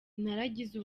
naragize